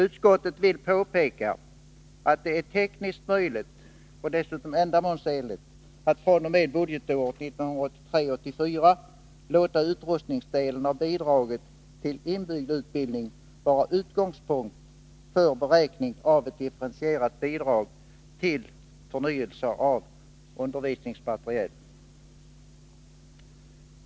Utskottet vill påpeka att det är tekniskt möjligt och dessutom ändamålsenligt att fr.o.m. budgetåret 1983/84 låta utrustningsdelen av bidraget till inbyggd utbildning vara utgångspunkt för beräkning av ett differentierat bidrag till förnyelse av undervisningsmateriel.